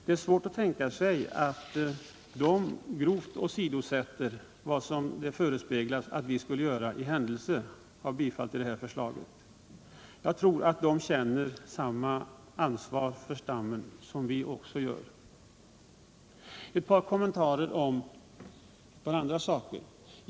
Det är svårt att tänka sig att de grovt åsidosätter regler på ett sätt som man vill påstå att vi skulle göra i händelse av bifall till propositionen. Jag tror att de känner samma ansvar för stammen som vi gör. Ett par kommentarer till några andra saker.